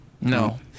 No